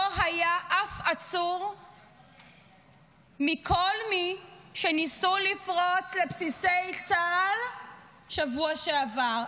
לא היה אף עצור מכל מי שניסו לפרוץ לבסיסי צה"ל בשבוע שעבר.